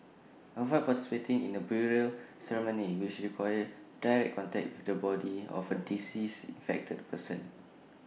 avoid participating in burial ceremonies which require direct contact with the body of A deceased infected person